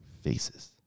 faces